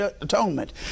atonement